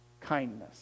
kindness